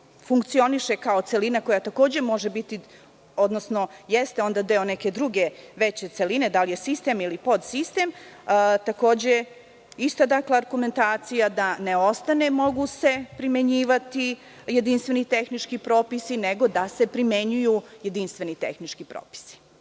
funkcioniše kao celina, koja takođe jeste deo neke druge veće celine, da li je sistem ili podsistem, ista je argumentacija, da ne ostane: „mogu se primenjivati jedinstveni tehnički propisi“, nego da glasi: „da se primenjuju jedinstveni tehnički propisi“.